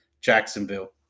Jacksonville